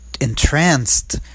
entranced